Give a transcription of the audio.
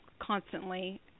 constantly